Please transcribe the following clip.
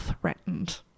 threatened